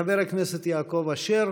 חבר הכנסת יעקב אשר,